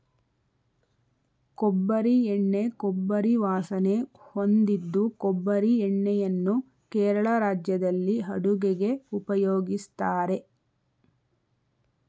ಕೊಬ್ಬರಿ ಎಣ್ಣೆ ಕೊಬ್ಬರಿ ವಾಸನೆ ಹೊಂದಿದ್ದು ಕೊಬ್ಬರಿ ಎಣ್ಣೆಯನ್ನು ಕೇರಳ ರಾಜ್ಯದಲ್ಲಿ ಅಡುಗೆಗೆ ಉಪಯೋಗಿಸ್ತಾರೆ